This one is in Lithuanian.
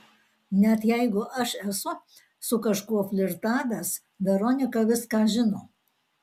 net jeigu aš esu su kažkuo flirtavęs veronika viską žino